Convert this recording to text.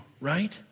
Right